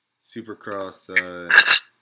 Supercross